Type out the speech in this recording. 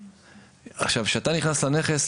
כשאתה נכנס לנכס,